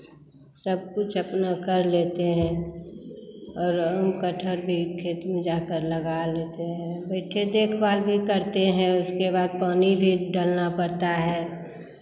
सब कुछ अपना कर लेते हैं और आम कटहल् भी खेत में जाकर लगा लेते हैं बैठे देखभाल भी करते हैं उसके बाद पानी भी डालना पड़ता है